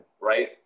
right